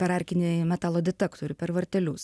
per arkinį metalo detektorių per vartelius